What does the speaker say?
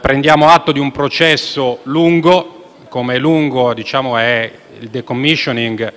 prendiamo atto di un processo lungo, come lungo è il *decommissioning*